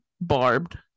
barbed